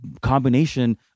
combination